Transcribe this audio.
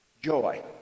joy